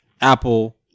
Apple